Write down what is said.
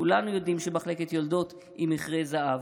כולנו יודעים שמחלקת יולדות היא מכרה זהב.